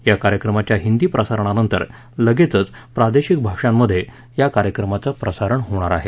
या कार्यक्रमाच्या हिंदी प्रसारणांनंतर लगेचच प्रादेशिक भाषांमध्ये या कार्यक्रमाचं प्रसारण होणार आहे